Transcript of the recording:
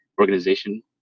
organization